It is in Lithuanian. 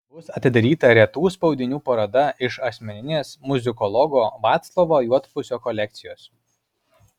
bus atidaryta retų spaudinių paroda iš asmeninės muzikologo vaclovo juodpusio kolekcijos